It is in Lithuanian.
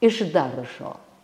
iš daržo